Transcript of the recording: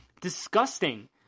disgusting